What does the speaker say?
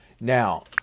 Now